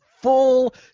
full